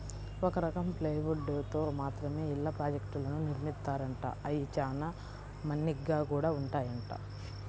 ఒక రకం ప్లైవుడ్ తో మాత్రమే ఇళ్ళ ప్రాజెక్టులను నిర్మిత్తారంట, అయ్యి చానా మన్నిగ్గా గూడా ఉంటాయంట